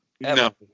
No